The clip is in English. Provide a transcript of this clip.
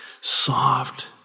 soft